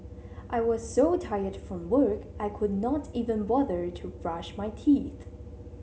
I was so tired from work I could not even bother to brush my teeth